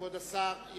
כבוד השר,